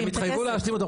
הם התחייבו להשלים אותו,